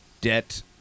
debt